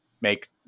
make